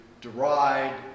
deride